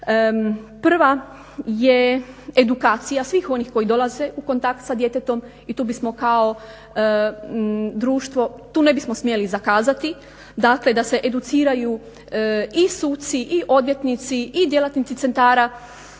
Prva je edukacija svih onih koji dolaze u kontakt sa djetetom i tu bismo kao društvo, tu ne bismo smjeli zakazati. Dakle, da se educiraju i suci i odvjetnici i djelatnici centara